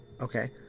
okay